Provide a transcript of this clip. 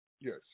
Yes